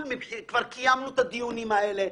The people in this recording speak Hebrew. כבר קיימנו את הדיונים האלה,